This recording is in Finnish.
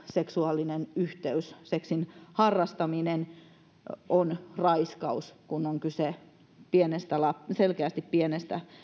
seksuaalinen yhteys seksin harrastaminen lapsen kanssa on raiskaus kun on kyse selkeästi pienestä